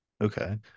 Okay